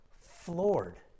floored